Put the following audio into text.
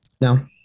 No